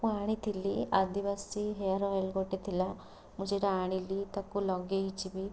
ମୁଁ ଆଣିଥିଲି ଆଦିବାସୀ ହେୟାରଅଏଲ ଗୋଟେ ଥିଲା ମୁଁ ସେଇଟା ଆଣିଲି ତାକୁ ଲଗାଇଛି ବି